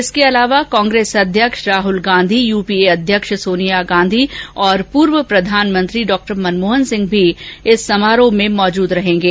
इसके अलावा कांग्रेस अध्यक्ष Rahul Gandhi U P A अध्यक्ष सोनिया गांधी और पूर्व प्रधानमंत्री मनमोहन सिंह भी इस अवसर पर मौजूद रहेंगे